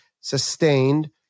sustained